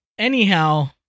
Anyhow